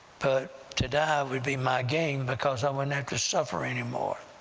but to die would be my gain because i wouldn't have to suffer anymore.